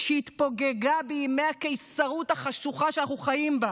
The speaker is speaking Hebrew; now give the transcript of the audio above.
אנחנו נחזיר את החוסן הלאומי,